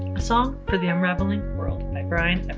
song for the unraveling world by brian